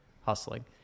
hustling